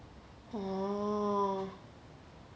oh